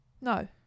No